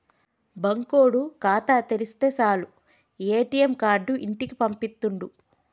బాంకోడు ఖాతా తెరిస్తె సాలు ఏ.టి.ఎమ్ కార్డు ఇంటికి పంపిత్తుండు